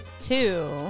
two